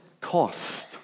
cost